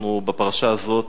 אנחנו בפרשה הזאת